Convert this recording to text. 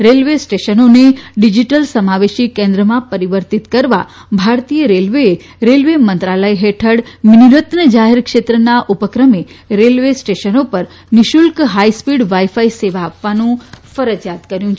railway સ્ટેશનોને digital સમાવેશી કેન્દ્રમાં પરિવર્તિત કરવા ભારતીય રેલવેએ રેલવે મંત્રાલય હેઠળ મિનિરત્ન જાહેર ક્ષેત્રના ઉપક્રમે રેલવે સ્ટેશનો પર નિઃશુલ્ક હાઇ સ્પીડ વાઇફાઈ સેવા આપવાનું ફરજિયાત કર્યું છે